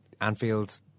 Anfield